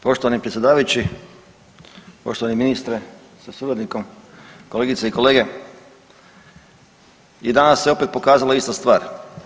Poštovani predsjedavajući, poštovani ministre sa suradnikom, kolegice i kolege i danas se opet pokazalo ista stvar.